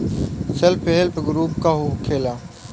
Self help group का होखेला?